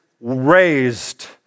raised